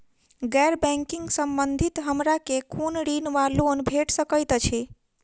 गैर बैंकिंग संबंधित हमरा केँ कुन ऋण वा लोन भेट सकैत अछि?